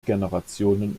generationen